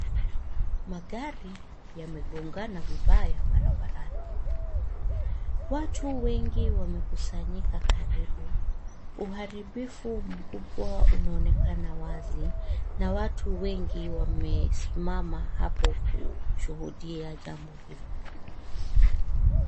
Magari yamegongana vibaya barabarani watu wengi wamekusanyika karibu uharibifu mkubwa unaonekana wazi na watu wengi wamesimama hapo kushuhudia jambo hilo.